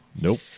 Nope